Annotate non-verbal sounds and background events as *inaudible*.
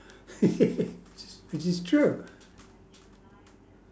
*laughs* this is this is true